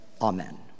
Amen